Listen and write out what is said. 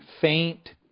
faint